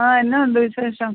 ആ എന്നാ ഉണ്ട് വിശേഷം